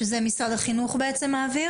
שאת הסכום הזה משרד החינוך בעצם מעביר?